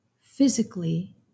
physically